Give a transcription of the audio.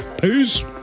Peace